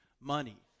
money